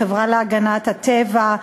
החברה להגנת הטבע,